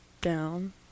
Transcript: down